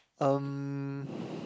um